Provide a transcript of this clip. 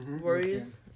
Worries